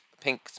pink